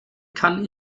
kann